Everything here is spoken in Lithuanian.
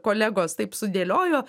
kolegos taip sudėliojo